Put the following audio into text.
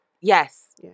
Yes